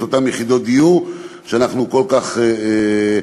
את אותן יחידות דיור שאנחנו כל כך רוצים.